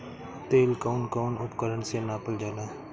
तेल कउन कउन उपकरण से नापल जाला?